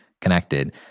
connected